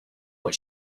what